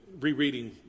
rereading